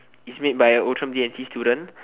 it's made by a Outram D&T student